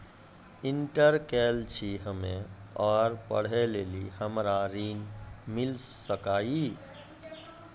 Inter केल छी हम्मे और पढ़े लेली हमरा ऋण मिल सकाई?